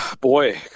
Boy